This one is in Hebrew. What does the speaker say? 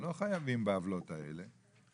שלא חייבים בעוולות האלה,